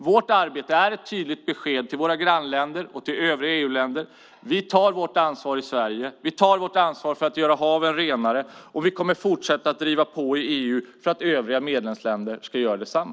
Vårt arbete är ett tydligt besked till våra grannländer och till övriga EU-länder: Vi tar vårt ansvar i Sverige för att göra haven renare. Vi kommer att fortsätta att driva på i EU för att övriga medlemsländer ska göra detsamma.